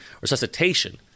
resuscitation